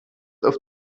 auf